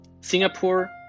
Singapore